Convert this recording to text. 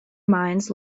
mines